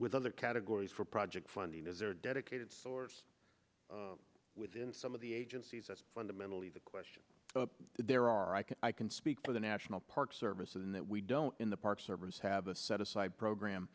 with other categories for project funding is there a dedicated source within some of the agencies that's fundamentally the question there are i can i can speak for the national park service in that we don't in the park service have a set aside program